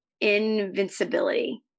invincibility